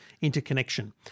interconnection